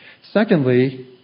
Secondly